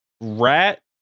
rat